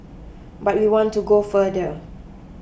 but we want to go further